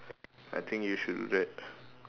I think you should do that